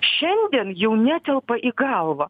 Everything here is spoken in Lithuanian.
šiandien jau netelpa į galvą